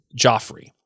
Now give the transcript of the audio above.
Joffrey